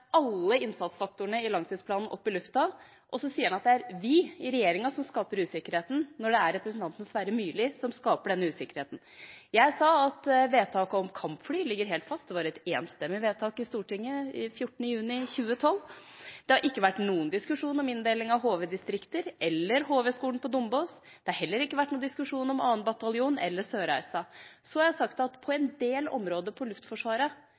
alle innsatsfaktorene i langtidsplanen opp i luften og sier at det er vi i regjeringa som skaper usikkerheten, når det er representanten Sverre Myrli som skaper den. Jeg sa at vedtaket om kampfly ligger helt fast, det var et enstemmig vedtak i Stortinget 14. juni 2012. Det har ikke vært noen diskusjon om inndeling av HV-distrikter eller HV-skolen på Dombås. Det har heller ikke vært noen diskusjon om 2. bataljon eller Sørreisa. Jeg har også sagt at på en del områder innen Luftforsvaret er vi nødt til å gå inn og se på